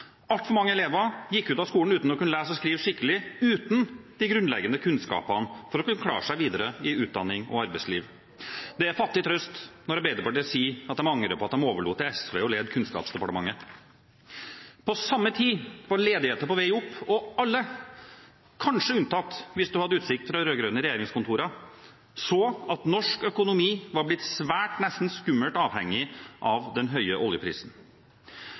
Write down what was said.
Altfor mange elever gikk ut av skolen uten å kunne lese og skrive skikkelig – uten de grunnleggende kunnskapene for å kunne klare seg videre i utdanning og arbeidsliv. Det er fattig trøst når Arbeiderpartiet sier at de angrer på at de overlot til SV å lede Kunnskapsdepartementet. På samme tid var ledigheten på vei opp, og alle – kanskje unntatt hvis man hadde utsikt fra rød-grønne regjeringskontorer – så at norsk økonomi var blitt svært, nesten skummelt, avhengig av den høye oljeprisen.